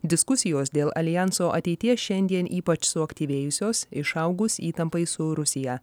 diskusijos dėl aljanso ateities šiandien ypač suaktyvėjusios išaugus įtampai su rusija